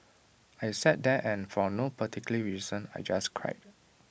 I sat there and for no particular reason I just cried